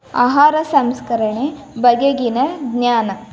ಆಹಾರ ಸಂಸ್ಕರಣೆ ಬಗೆಗಿನ ಜ್ಞಾನ